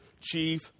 chief